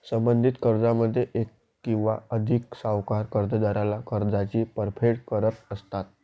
संबंधित कर्जामध्ये एक किंवा अधिक सावकार कर्जदाराला कर्जाची परतफेड करत असतात